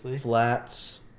Flats